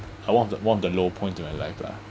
uh one of the one of the low point to my life lah